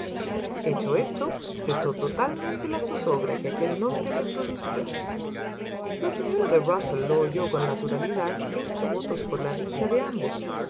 hecho esto cesó totalmente la zozobra que aquel nombre le producía la señora de rusell lo oyó con naturalidad e hizo votos por la dicha de ambos